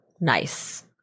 nice